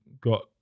got